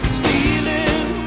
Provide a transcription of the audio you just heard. stealing